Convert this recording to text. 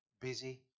busy